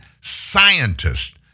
scientists